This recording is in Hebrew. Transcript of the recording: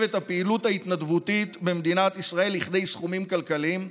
את הפעילות ההתנדבותית במדינת ישראל לכדי סכומים כלכליים.